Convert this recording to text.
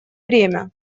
время